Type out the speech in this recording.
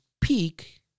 peak